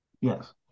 Yes